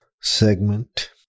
segment